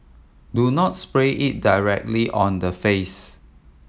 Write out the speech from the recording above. do not spray it directly on the face